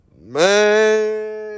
Man